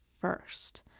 first